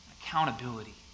Accountability